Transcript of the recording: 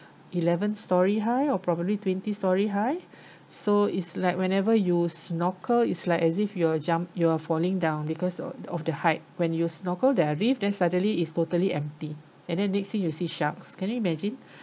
eleven storey high or probably twenty storey high so it's like whenever you snorkel it's like as if you're jum~ you are falling down because o~ of the height when you snorkel there reef then suddenly it's totally empty and then next thing you see sharks can you imagine